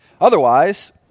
Otherwise